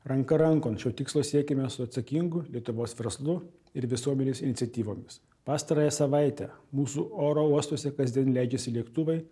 ranka rankon šio tikslo siekiame su atsakingu lietuvos verslu ir visuomenės iniciatyvomis pastarąją savaitę mūsų oro uostuose kasdien leidžiasi lėktuvai